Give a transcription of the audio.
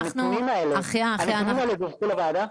הנתונים האלה דווחו לוועדה?